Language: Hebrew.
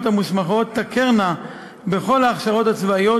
המוסמכות תכרנה בכל ההכשרות הצבאיות,